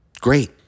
Great